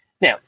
Now